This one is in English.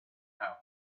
how